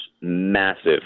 massive